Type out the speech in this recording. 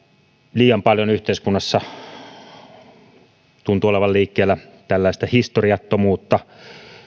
liian paljon yhteiskunnassa tuntuu olevan liikkeellä tällaista historiattomuutta